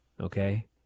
okay